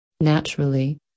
Naturally